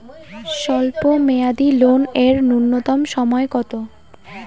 স্বল্প মেয়াদী লোন এর নূন্যতম সময় কতো?